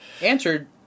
answered